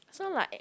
so like